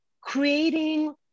creating